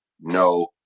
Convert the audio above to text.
no